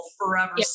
forever